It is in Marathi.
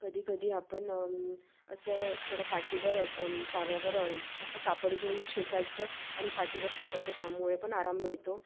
कधीकधी आपण असं थोडं पाठीवर तव्यावर असं कापड घेऊन शेकायचं आणि पाठीवर शेकायचं त्यामुळे पण आराम मिळतो